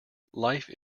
life